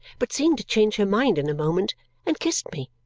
but seemed to change her mind in a moment and kissed me.